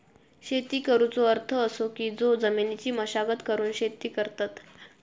शेती करुचो अर्थ असो की जो जमिनीची मशागत करून शेती करतत